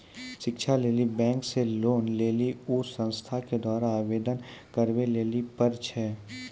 शिक्षा लेली बैंक से लोन लेली उ संस्थान के द्वारा आवेदन करबाबै लेली पर छै?